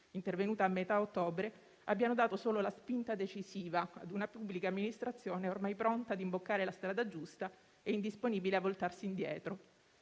intervenuta a metà ottobre - abbiamo dato solo la spinta decisiva a una pubblica amministrazione ormai pronta a imboccare la strada giusta e indisponibile a voltarsi indietro.